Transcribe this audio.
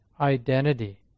identity